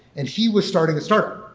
and she was starting a startup.